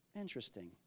Interesting